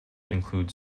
include